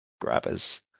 grabbers